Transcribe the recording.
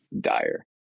dire